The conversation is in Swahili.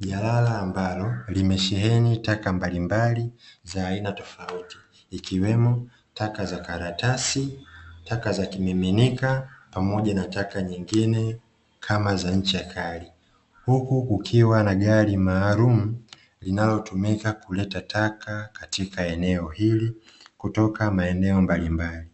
Jalala ambalo limesheheni taka mbalimbali za aina tofauti, ikiwemo: taka za karatasi, taka za kimiminika pamoja na taka nyingine kama za ncha kali. Huku kukiwa na gari maalumu linalotumika kuleta taka katika eneo hili kutoka maeneo mbalimbali.